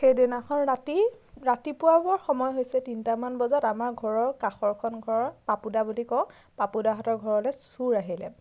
সেইদিনাখন ৰাতি ৰাতি পুৱাবৰ সময় হৈছে তিনিটামান বজাত আমাৰ ঘৰৰ কাষৰখন ঘৰ পাপুদা বুলি কওঁ পাপুদাহঁতৰ ঘৰলৈ চুৰ আহিলে